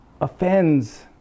offends